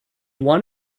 want